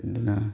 ꯑꯗꯨꯅ